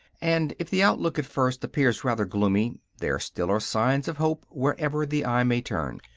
and if the outlook at first appear rather gloomy, there still are signs of hope wherever the eye may turn.